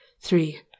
three